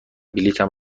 بلیطم